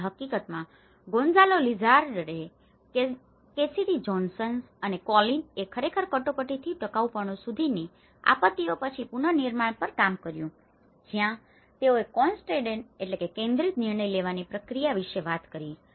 અને હકીકતમાં Gonzalo Lizarralde Cassidy Johnson Cassidy Johnson અને કોલિન એ ખરેખર કટોકટીથી ટકાઉપણું સુધીની આપત્તિઓ પછી પુનર્નિર્માણ પર કામ કર્યું છે જ્યાં તેઓએ કોન્સનટ્રેટેડ concentrate કેન્દ્રિત નિર્ણય લેવાની પ્રક્રિયા વિશે વાત કરી છે